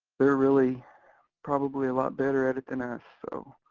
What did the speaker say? they're really probably a lot better at it than us, so,